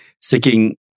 seeking